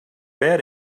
bed